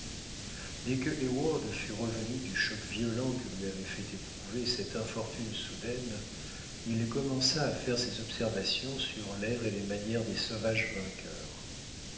dès que heyward fut revenu du choc violent que lui avait fait éprouver cette infortune soudaine il commença à faire ses observations sur l'air et les manières des sauvages vainqueurs